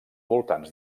voltants